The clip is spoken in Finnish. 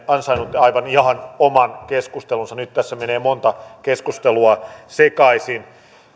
ansainneet ihan oman keskustelunsa nyt tässä menee monta keskustelua sekaisin